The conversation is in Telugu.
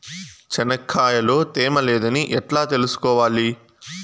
చెనక్కాయ లో తేమ లేదని ఎట్లా తెలుసుకోవాలి?